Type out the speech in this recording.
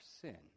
sin